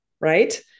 right